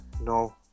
No